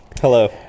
Hello